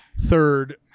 third